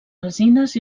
alzines